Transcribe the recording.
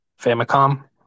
famicom